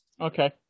Okay